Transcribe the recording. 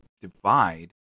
divide